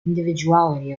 individuality